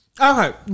okay